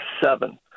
seven